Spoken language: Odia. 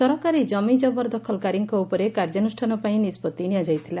ସରକାରୀ ଜମି ଜବରଦଖଲକାରୀଙ୍କ ଉପରେ କାର୍ଯ୍ୟାନୁଷ୍ଠାନ ପାଇଁ ନିଷ୍ବଉି ନିଆଯାଇଥିଲା